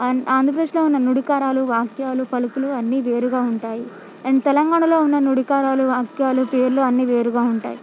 ఆం ఆంధ్రప్రదేశ్లో ఉన్న నుడికారాలు వాక్యాలు పలుకులు అన్ని వేరుగా ఉంటాయి అండ్ తెలంగాణలో ఉన్న నుడికారాలు వాక్యాలు పేర్లు అన్ని వేరుగా ఉంటాయి